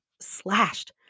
slashed